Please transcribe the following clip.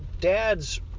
dad's